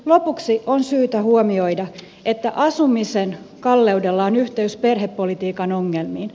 lopuksi on syytä huomioida että asumisen kalleudella on yhteys perhepolitiikan ongelmiin